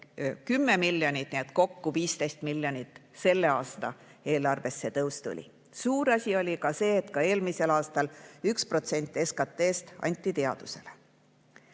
10 miljonit, nii et kokku 15 miljonit selle aasta eelarves see tõus oli. Suur asi oli see, et ka eelmisel aastal anti 1% SKT‑st teadusele.